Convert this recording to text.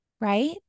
Right